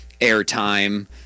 airtime